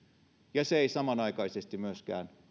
ja se ei samanaikaisesti myöskään